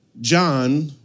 John